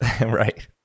Right